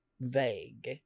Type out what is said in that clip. vague